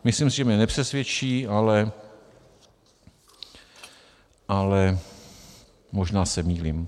Myslím si, že mě nepřesvědčí, ale možná se mýlím.